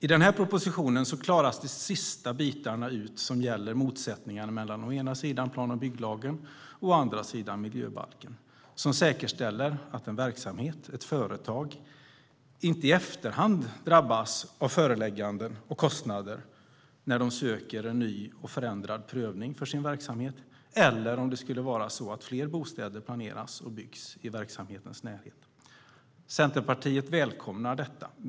I den här propositionen klaras de sista bitarna ut som gäller motsättningarna mellan å ena sidan plan och bygglagen och å andra sidan miljöbalken, som säkerställer att en verksamhet, ett företag, inte i efterhand drabbas av förelägganden om man söker en ny och förändrad prövning av verksamheten eller om fler bostäder planeras och byggs i verksamhetens närhet. Centerpartiet välkomnar detta.